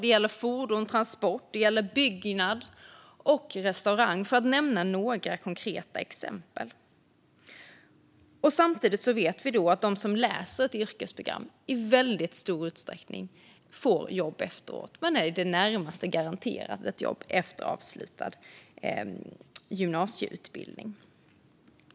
Det gäller också områden som fordon och transport, byggnad och restaurang, för att nämna några konkreta exempel. Samtidigt vet vi att de som läser ett yrkesprogram i väldigt stor utsträckning får jobb efteråt. Man är i det närmaste garanterad ett jobb efter avslutad gymnasieutbildning.